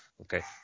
Okay